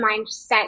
mindset